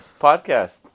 podcast